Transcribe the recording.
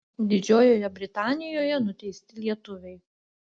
didžiojoje britanijoje nuteisti lietuviai